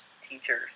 teachers